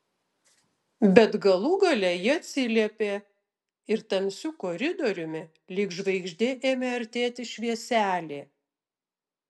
bet galų gale ji atsiliepė ir tamsiu koridoriumi lyg žvaigždė ėmė artėti švieselė